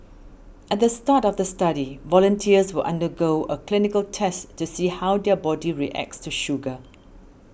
at the start of the study volunteers will undergo a clinical test to see how their body reacts to sugar